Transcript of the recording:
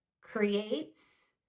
creates